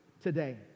today